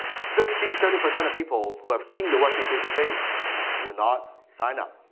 sixty, seventy percent of people who have seen your registration page will not sign up.